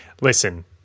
listen